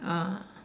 ah